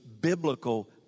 biblical